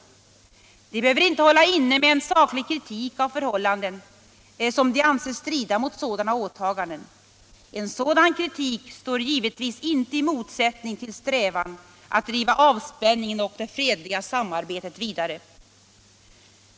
De behöver inte hålla inne med en saklig kritik av förhållanden som de anser strida mot sådana åtaganden. En sådan kritik står givetvis inte i motsättning till strävan att driva avspänningen och det fredliga samarbetet vidare.